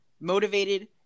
motivated